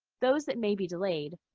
those that may be delayed,